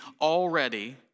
already